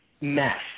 mess